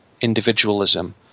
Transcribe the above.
individualism